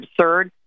absurd